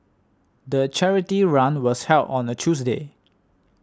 the charity run was held on a Tuesday